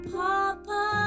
papa